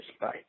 Bye